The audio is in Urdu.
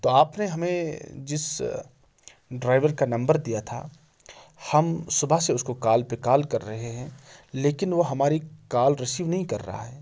تو آپ نے ہمیں جس ڈرائیور کا نمبر دیا تھا ہم صبح سے اس کو کال پہ کال کر رہے ہیں لیکن وہ ہماری کال ریسیو نہیں کر رہا ہے